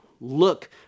Look